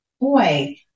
boy